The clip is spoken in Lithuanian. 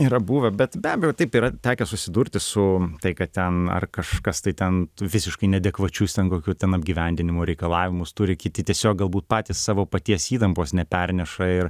yra buvę bet be abejo taip yra tekę susidurti su tai kad ten ar kažkas tai ten visiškai neadekvačius ten kokių ten apgyvendinimo reikalavimus turi kiti tiesiog galbūt patys savo paties įtampos neperneša ir